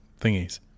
thingies